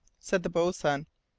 said the boatswain.